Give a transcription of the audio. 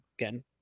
Again